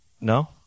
No